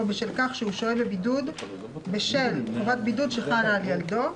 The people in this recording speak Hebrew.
בשל כך שהוא שוהה בבידוד בשל חובת בידוד שחלה על ילדו.